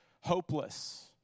hopeless